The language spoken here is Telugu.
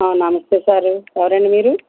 నమస్తే సారు ఎవరండి మీరు